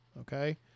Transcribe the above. Okay